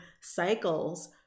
cycles